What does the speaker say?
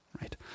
right